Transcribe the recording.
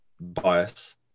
bias